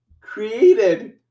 created